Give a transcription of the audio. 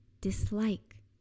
dislike